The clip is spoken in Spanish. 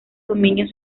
dominios